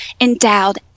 endowed